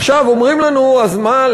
עכשיו אומרים לנו: אז מה?